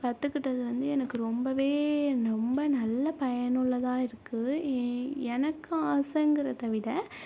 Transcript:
கற்றுக்கிட்டது வந்து எனக்கு ரொம்பவே என்ன ரொம்ப நல்ல பயனுள்ளதாக இருக்குது எ எனக்கு ஆசைங்கிறத விட